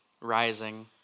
rising